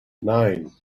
nine